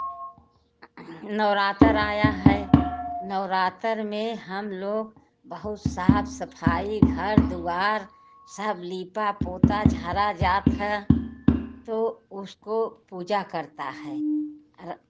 नवरात्र आया है नवरात्र में हम लोग बहुत साफ़ सफ़ाई घर द्वार सब लीपा पोता झाड़ा जाता है तो उसको पूजा करते हैं